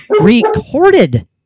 recorded